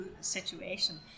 situation